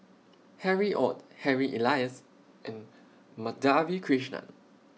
Harry ORD Harry Elias and Madhavi Krishnan